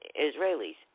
Israelis